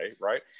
right